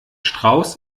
strauß